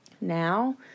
Now